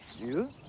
you?